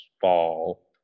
fall